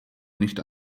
nicht